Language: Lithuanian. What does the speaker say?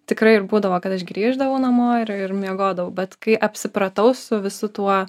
tikra ir būdavo kad aš grįždavau namo ir ir miegodavau bet kai apsipratau su visu tuo